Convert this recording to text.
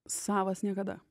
savas niekada